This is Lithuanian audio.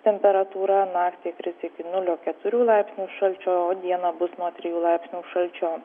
temperatūra naktį kris iki nulio keturių laipsnių šalčio o dieną bus nuo trijų laipsnių šalčio